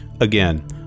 Again